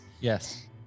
Yes